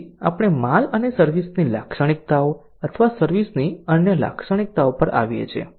પછી આપણે માલ અને સર્વિસ ની લાક્ષણિકતાઓ અથવા સર્વિસ ની અન્ય લાક્ષણિકતાઓ પર આવીએ છીએ